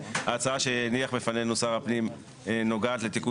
ההצעה שהניח בפנינו שר הפנים נוגעת לתיקון